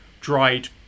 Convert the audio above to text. dried